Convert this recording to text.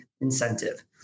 incentive